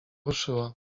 ruszyła